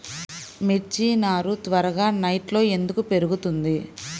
మిర్చి నారు త్వరగా నెట్లో ఎందుకు పెరుగుతుంది?